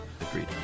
Agreed